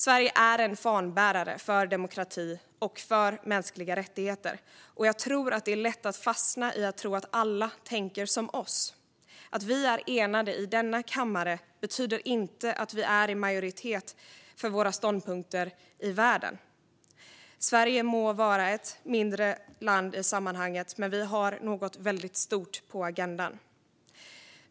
Sverige är en fanbärare för demokrati och för mänskliga rättigheter, och jag tror att det är lätt att fastna i att tro att alla tänker som vi. Men att vi är enade i denna kammare betyder inte att vi är i majoritet i världen med våra ståndpunkter. Sverige må vara ett mindre land i sammanhanget, men vi har något väldigt stort på agendan.